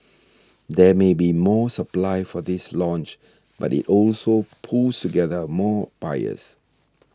there may be more supply for this launch but it also pools together more buyers